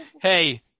hey